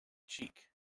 cheek